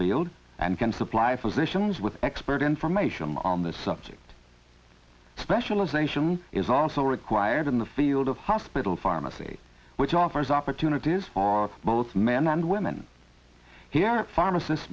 field and can supply physicians with expert information on this subject specialization is also required in the field of hospital pharmacy which offers opportunities or both men and women here are a pharmacist